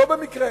לא במקרה.